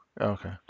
Okay